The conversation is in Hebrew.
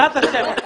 בעזרת השם.